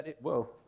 Whoa